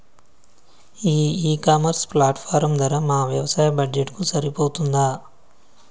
ఈ e commerce platform ధర మా వ్యవసాయ బడ్జెట్ కు సరిపోతుందా?